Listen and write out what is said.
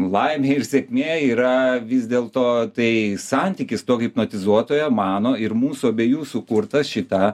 laimė ir sėkmė yra vis dėlto tai santykis to hipnotizuotojo mano ir mūsų abiejų sukurta šita